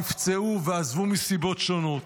נפצעו ועזבו מסיבות שונות.